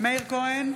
מאיר כהן,